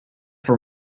for